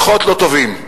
לא טובים.